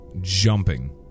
jumping